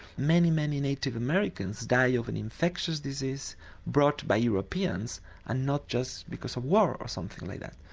many, many native americans died of an infectious disease brought by europeans and not just because of war of something like that.